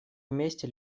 вместе